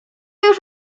już